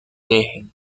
dejen